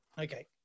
Okay